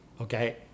okay